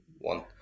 one